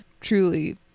Truly